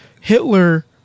Hitler